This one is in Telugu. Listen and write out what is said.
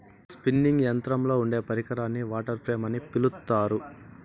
స్పిన్నింగ్ యంత్రంలో ఉండే పరికరాన్ని వాటర్ ఫ్రేమ్ అని పిలుత్తారు